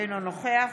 אינו נוכח